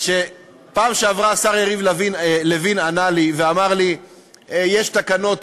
בפעם שעברה השר יריב לוין ענה לי ואמר לי שיש תקנות,